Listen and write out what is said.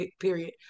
period